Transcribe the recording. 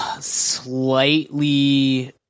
slightly